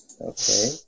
Okay